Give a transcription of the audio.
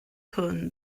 hwn